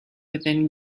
within